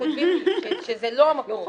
פטור מחובת הנחה זה אם לא נצליח להניח מחר,